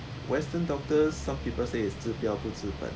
western doctors some people say it's